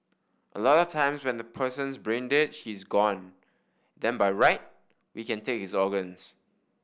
a lot of times when the person's brain dead he's gone then by right we can take his organs